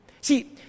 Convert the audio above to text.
See